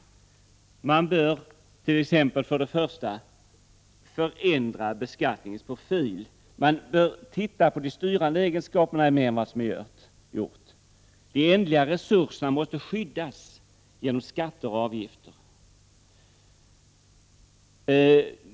T.ex. bör man till att börja med ändra beskattningens profil. Vi bör se mera på de styrande egenskaperna än på vad som har gjorts. De ändliga resurserna måste skyddas genom skatter och avgifter.